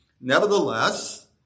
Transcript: nevertheless